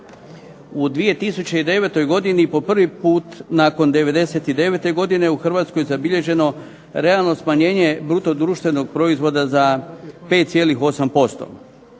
u 2009. godini po prvi puta nakon '99.-te godine u Hrvatskoj zabilježeno realno smanjenje bruto društvenog proizvoda za 5,8%.